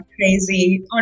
crazy